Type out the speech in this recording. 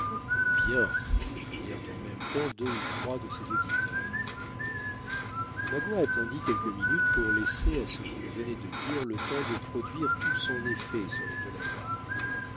bien s'écrièrent en même temps deux ou trois de ses auditeurs magua attendit quelques minutes pour laisser à ce qu'il venait de dire le temps de produire tout son effet sur les